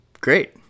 great